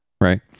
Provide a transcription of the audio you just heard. Right